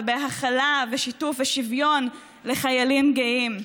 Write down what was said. בהכלה ושיתוף ושוויון לחיילים גאים.